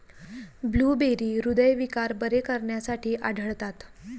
blueberry हृदयविकार बरे करण्यासाठी आढळतात